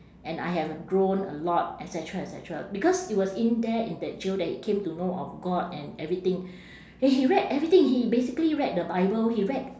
and I have grown a lot et cetera et cetera because it was in there in that jail that he came to know of god and everything and he read everything he basically read the bible he read